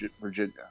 Virginia